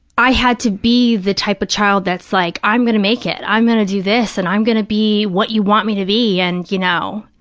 i had to be the type of child that's like, i'm going to make it, i'm going to do this, and i'm going to be what you want me to be and, you know,